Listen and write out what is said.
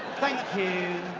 thank you.